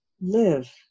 live